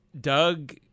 Doug